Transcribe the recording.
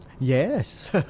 Yes